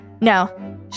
No